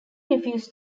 refused